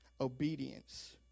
obedience